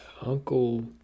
Uncle